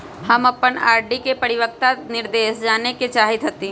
हम अपन आर.डी के परिपक्वता निर्देश जाने के चाहईत हती